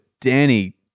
Danny